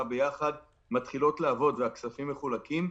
ביחד מתחילות לעבוד והכספים מחולקים.